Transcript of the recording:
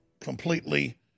completely